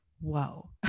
whoa